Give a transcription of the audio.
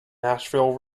nashville